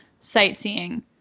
Sightseeing